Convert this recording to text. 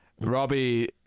robbie